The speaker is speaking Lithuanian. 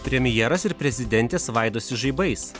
premjeras ir prezidentė svaidosi žaibais